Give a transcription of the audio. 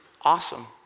Awesome